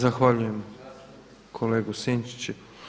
Zahvaljujem kolegi Sinčiću.